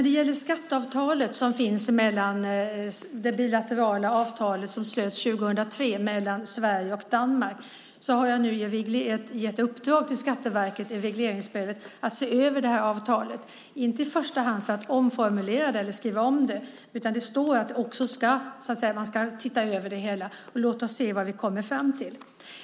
Det bilaterala skatteavtal som slöts mellan Sverige och Danmark 2003 har jag nu i regleringsbrevet gett i uppdrag åt Skatteverket att se över - inte i första hand för att omformulera det eller skriva om det, utan det står att man ska se över det. Låt oss se vad vi kommer fram till.